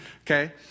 Okay